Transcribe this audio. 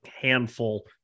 handful